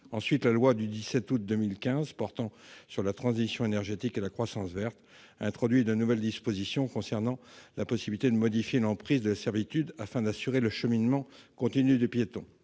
sens. La loi du 17 août 2015 relative à la transition énergétique pour la croissance verte a introduit de nouvelles dispositions concernant la possibilité de modifier l'emprise de la servitude, afin d'assurer le cheminement continu de piétons.